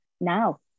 now